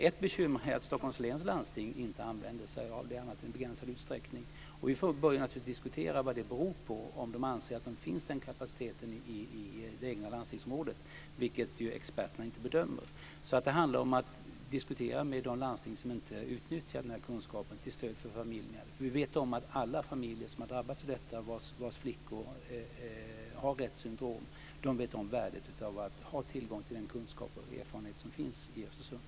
Ett bekymmer är att Stockholms läns landsting inte använder sig av det annat än i begränsad utsträckning. Vi får naturligtvis diskutera vad det beror på, om man anser att den kapaciteten finns i det egna landstingsområdet, vilket experterna bedömer att det inte gör. Det handlar om att diskutera med de landsting som inte utnyttjar den här kunskapen till stöd för familjerna. Vi vet att alla familjer som har drabbats av detta, vars flickor har Retts syndrom, känner värdet av att ha tillgång till den kunskap och de erfarenheter som finns i Östersund.